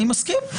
אני מסכים.